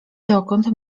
dokąd